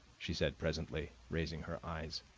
she said presently, raising her eyes.